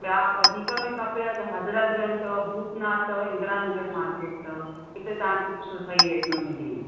ॿिया वधीक में खपे त हज़रतगंज अथव भूतनाथ अथव इन्द्रा नगर मार्केट अथव हुते तव्हां खे सुठे सही रेट में मिली वेंदा